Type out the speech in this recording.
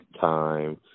time